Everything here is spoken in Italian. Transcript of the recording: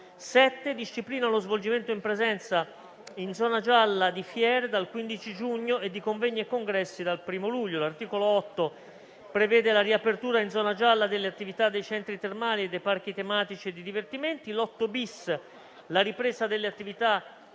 7 disciplina lo svolgimento in presenza, in zona gialla, di fiere dal 15 giugno e di convegni e congressi dal 1° luglio. L'articolo 8 prevede la riapertura in zona gialla delle attività dei centri termali e dei parchi tematici e di divertimento. L'articolo 8-*bis*